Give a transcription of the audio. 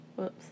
whoops